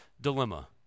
dilemma